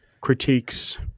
critiques